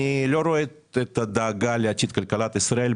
אני לא רואה את הדאגה לעתיד כלכלת ישראל.